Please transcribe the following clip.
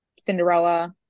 Cinderella